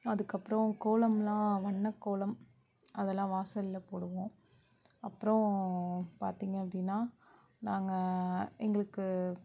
அதுக்கப்புறம் கோலம்லாம் வண்ணக்கோலம் அதெல்லாம் வாசல்ல போடுவோம் அப்புறோம் பார்த்திங்க அப்படினா நாங்கள் எங்களுக்கு